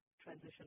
transition